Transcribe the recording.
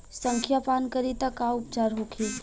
संखिया पान करी त का उपचार होखे?